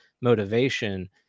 motivation